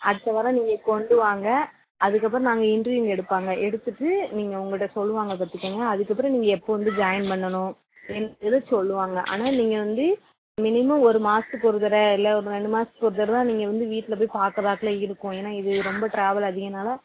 அடுத்த வாரம் நீங்கள் கொண்டு வாங்க அதுக்கப்புறம் நாங்கள் இன்ட்ரிவ் இங்கே எடுப்பாங்க எடுத்துகிட்டு நீங்கள் உங்கள்கிட்ட சொல்லுவாங்க பார்த்துக்கங்க அதுக்கப்புறம் நீங்கள் எப்போது வந்து ஜாயின் பண்ணணும் என்ன ஏது சொல்லுவாங்க ஆனால் நீங்கள் வந்து மினிமம் ஒரு மாதத்துக்கு ஒரு தடவை இல்லை ஒரு ரெண்டு மாதத்துக்கு ஒரு தடவைதான் நீங்கள் வந்து வீட்டில் போய் பார்க்கறாப்ல இருக்கும் ஏன்னால் இது ரொம்ப ட்ராவல் அதிகம்னால